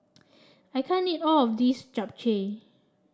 I can't eat all of this Japchae